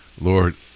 Lord